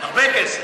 הרבה כסף.